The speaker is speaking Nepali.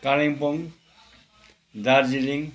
कालिम्पोङ दार्जीलिङ